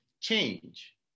change